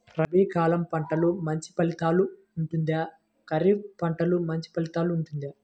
రబీ కాలం పంటలు మంచి ఫలితాలు ఉంటుందా? ఖరీఫ్ పంటలు మంచి ఫలితాలు ఉంటుందా?